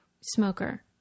smoker